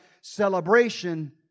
celebration